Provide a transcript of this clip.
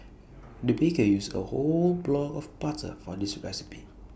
the baker used A whole block of butter for this recipe